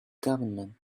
government